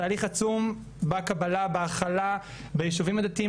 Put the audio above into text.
תהליך עצום בקבלה ובהכלה ביישובים הדתיים.